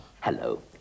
Hello